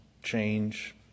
Change